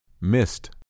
Missed